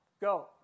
Go